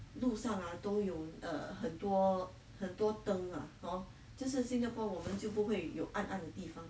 路上 ah 都有 err 很多很多灯 ah hor 就是新加坡我们就不会有暗暗的地方